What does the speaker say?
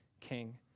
king